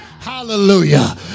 hallelujah